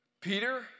Peter